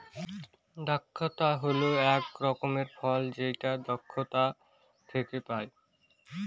দ্রাক্ষা হল এক রকমের ফল যেটা দ্রক্ষলতা থেকে পায়